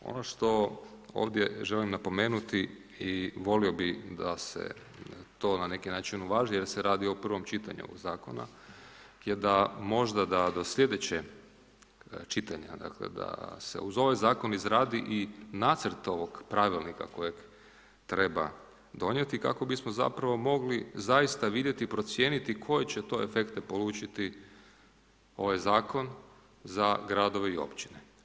Ono što ovdje želim napomenuti i volio bih da se to na neki način uvaži jer se radi o prvom čitanju zakona, je da možda da do sljedećeg čitanja, dakle da se uz ovaj zakon izradi i nacrt ovog pravilnika kojeg treba donijeti kako bismo zapravo mogli zaista vidjeti i procijeniti koje će to efekte polučiti ovaj zakon za gradove i općine.